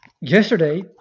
yesterday